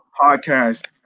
podcast